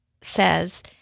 says